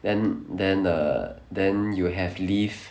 then then err then you have leave